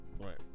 right